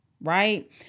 Right